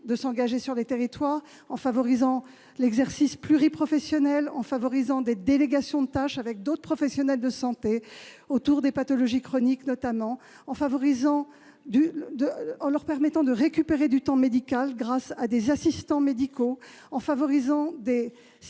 de s'engager dans les territoires en favorisant l'exercice pluriprofessionnel et les délégations de tâches avec d'autres professionnels de santé-notamment autour des pathologies chroniques-, en leur permettant de récupérer du temps médical grâce à des assistants médicaux. Il s'agit